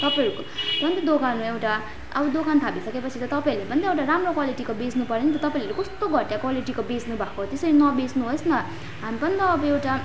तपाईँहरूको पनि त दोकान हो एउटा अब दोकान थापिसकेपछि त तपाईँहरूले पनि त एउटा राम्रो क्वालिटीको बेच्नु पऱ्यो नि त तपाईँहरूले कस्तो घटिया क्वालिटीको बेच्नुभएको त्यसरी न बेच्नुहोस् न हामी पनि त अब एउटा